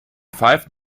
pfeift